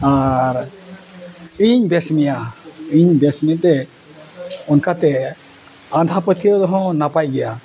ᱟᱨ ᱤᱧ ᱵᱮᱥ ᱢᱮᱭᱟ ᱤᱧ ᱵᱮᱥ ᱢᱮᱛᱮ ᱚᱱᱠᱟᱛᱮ ᱟᱸᱫᱷᱟ ᱯᱟᱹᱛᱭᱟᱹᱣ ᱨᱮᱦᱚᱸ ᱱᱟᱯᱟᱭ ᱜᱮᱭᱟ